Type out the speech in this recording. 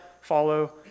follow